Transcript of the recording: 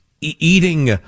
eating